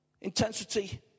Intensity